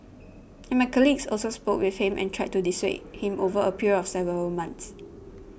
and my colleagues also spoke with him and tried to dissuade him over a period of several months